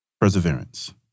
perseverance